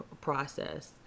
process